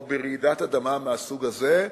או ברעידת אדמה מהסוג הזה,